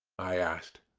i asked.